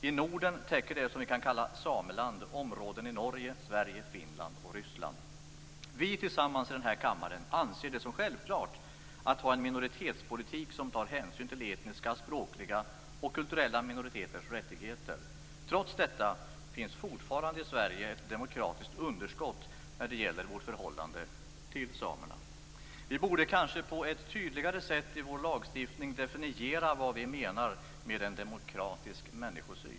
I Norden täcker det som vi kan kalla Sameland områden i Norge, Sverige, Finland och Ryssland. Tillsammans i den här kammaren anser vi det som självklart att ha en minoritetspolitik som tar hänsyn till etniska, språkliga och kulturella minoriteters rättigheter. Trots detta finns fortfarande i Sverige ett demokratiskt underskott när det gäller vårt förhållande till samerna. Vi borde kanske på ett tydligare sätt i vår lagstiftning definiera vad vi menar med en demokratisk människosyn.